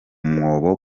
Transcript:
mwobo